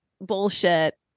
bullshit